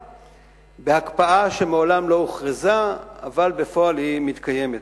בהקפאה שמעולם לא הוכרזה אבל בפועל היא מתקיימת.